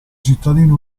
cittadina